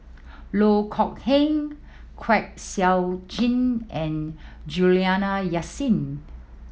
Loh Kok Heng Kwek Siew Jin and Juliana Yasin